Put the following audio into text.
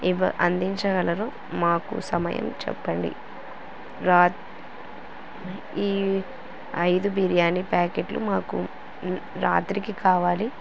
ఇవి అందించగలరు మాకు సమయం చెప్పండి రా ఈ ఐదు బిర్యానీ ప్యాకెట్లు మాకు రాత్రికి కావాలి